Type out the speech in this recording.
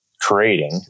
creating